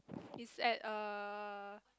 is at err